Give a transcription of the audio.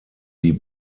die